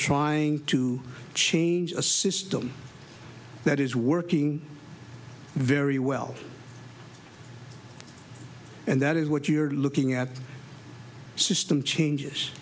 trying to change a system that is working very well and that is what you're looking at the system changes